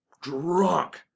DRUNK